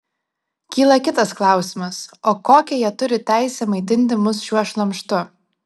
kyla kitas klausimas o kokią jie turi teisę maitinti mus šiuo šlamštu